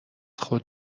خود